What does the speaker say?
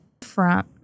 front